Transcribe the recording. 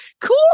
cool